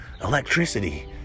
electricity